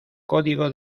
código